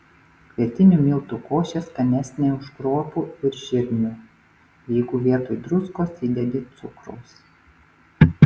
kvietinių miltų košė skanesnė už kruopų ir žirnių jeigu vietoj druskos įdedi cukraus